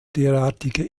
derartige